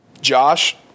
Josh